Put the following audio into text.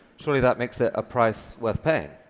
surely that makes it a price worth paying.